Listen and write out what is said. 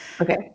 Okay